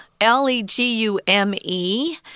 L-E-G-U-M-E